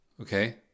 Okay